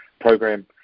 program